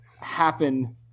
happen